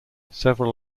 several